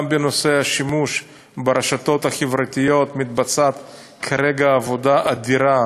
גם בנושא השימוש ברשתות החברתיות מתבצעת כרגע עבודה אדירה,